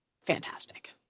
fantastic